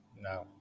no